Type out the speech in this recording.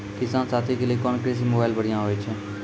किसान साथी के लिए कोन कृषि मोबाइल बढ़िया होय छै?